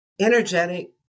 energetic